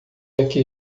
aqui